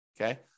okay